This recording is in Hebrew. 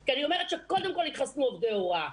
כי אני אומרת שקודם כול יתחסנו עובדי הוראה.